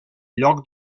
lloc